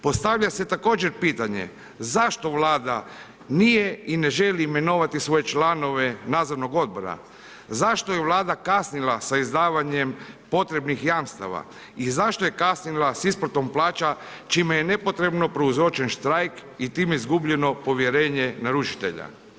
Postavlja se također pitanje zašto Vlada nije i ne želi imenovati svoje članove nadzornog odbora, zašto je Vlada kasnila sa izdavanjem potrebnih jamstava i zašto je kasnila sa isplatom plaća čime je nepotrebno prouzročen štrajk i time izgubljeno povjerenje narušitelja.